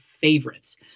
favorites